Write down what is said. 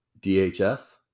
DHS